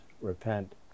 repent